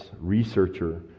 researcher